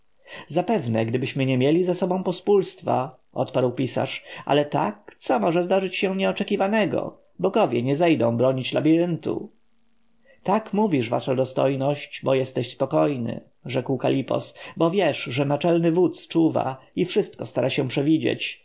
zapewne gdybyśmy nie mieli za sobą pospólstwa odparł pisarz a tak co może zdarzyć się nieoczekiwanego bogowie nie zejdą bronić labiryntu tak mówisz wasza dostojność bo jesteś spokojny rzekł kalipos bo wiesz że naczelny wódz czuwa i wszystko stara się przewidzieć